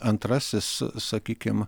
antrasis sakykim